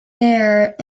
there